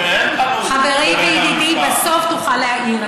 חברי וידידי, בסוף תוכל להעיר.